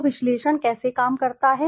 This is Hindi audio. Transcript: तो विश्लेषण कैसे काम करता है